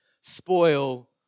spoil